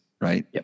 right